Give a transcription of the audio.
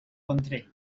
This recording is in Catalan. ventrell